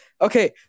okay